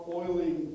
oiling